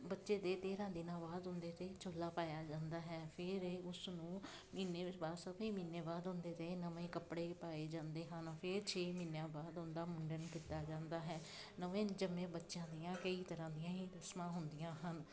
ਬੱਚੇ ਦੇ ਤੇਰ੍ਹਾਂ ਦਿਨਾਂ ਬਾਅਦ ਉਹਦੇ 'ਤੇ ਚੋਲਾ ਪਾਇਆ ਜਾਂਦਾ ਹੈ ਫਿਰ ਇਹ ਉਸ ਨੂੰ ਮਹੀਨੇ ਬਾਅਦ ਸਵਾ ਮਹੀਨੇ ਬਾਅਦ ਉਹਦੇ 'ਤੇ ਨਵੇਂ ਕੱਪੜੇ ਪਾਏ ਜਾਂਦੇ ਹਨ ਫਿਰ ਛੇ ਮਹੀਨਿਆਂ ਬਾਅਦ ਉਹਦਾ ਮੁੰਡਨ ਕੀਤਾ ਜਾਂਦਾ ਹੈ ਨਵੇਂ ਜੰਮੇ ਬੱਚਿਆਂ ਦੀਆਂ ਕਈ ਤਰ੍ਹਾਂ ਦੀਆਂ ਹੀ ਰਸਮਾਂ ਹੁੰਦੀਆਂ ਹਨ